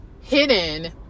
hidden